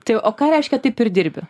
tai o ką reiškia taip ir dirbi